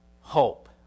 hope